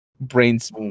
brains